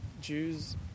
Jews